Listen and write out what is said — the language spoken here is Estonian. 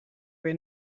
või